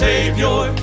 Savior